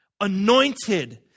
anointed